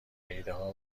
ایدهها